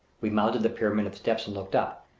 we mounted the pyramid of steps and looked up,